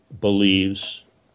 believes